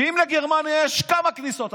ואם לגרמניה יש כמה כניסות,